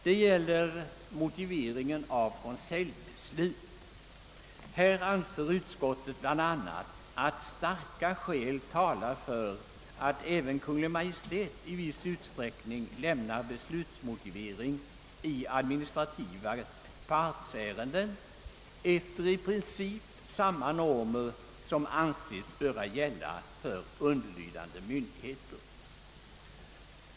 Det gäller motiveringen av konseljbeslut. Här anför utskottet bl.a. att starka skäl talar »för att även Kungl. Maj:t i viss utsträckning lämnar beslutsmotivering i administrativa partsärenden efter i princip samma normer som anses böra gälla för underlydande myndigheter».